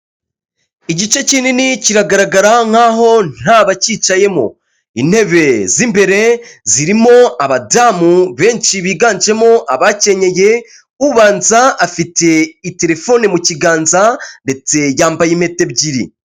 Igice kinini kiragaragara nk'aho nta bacyicayemo, intebe zi'imbere zirimo abadamu benshi biganjemo abakenyeye, ubanza afite itelefoni mu kiganza ndetse yambaye impeta ebyiri.